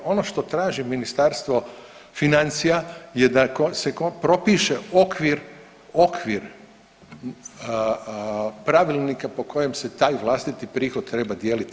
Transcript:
Ono što traži Ministarstvo financija je da se propiše okvir, okvir pravilnika po kojem se taj vlastiti prihod treba dijeliti.